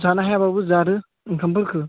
जानो हायाबाबो जादो ओंखामफोरखौ